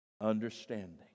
understanding